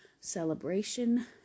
celebration